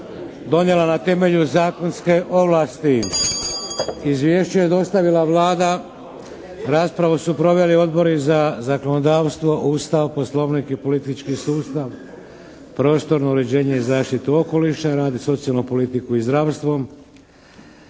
donijela na temelju zakonske ovlasti. Izvješće je dostavila Vlada. Raspravu su proveli odbori za zakonodavstvo, Ustav, Poslovnik i politički sustav, prostorno uređenje i zaštitu okoliša, rad i socijalnu politiku i zdravstvo.